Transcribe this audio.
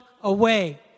away